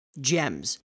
gems